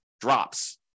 drops